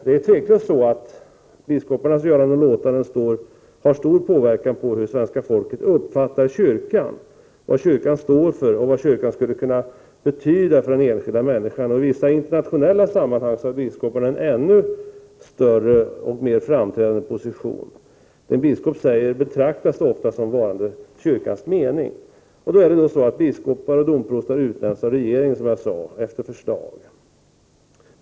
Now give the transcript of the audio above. Det är tveklöst så att biskoparnas göranden och låtanden har stor inverkan på hur svenska folket upplever kyrkan, på vad kyrkan står för och vad kyrkan betyder för den enskilda människan. I vissa internationella sammanhang har biskoparna en ännu större och mera framträdande position. Det som biskoparna säger betraktas ofta som varande kyrkans mening. Och biskopar och domprostar utnämns av regeringen efter förslag, som jag sade.